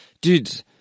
dude